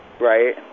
Right